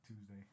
Tuesday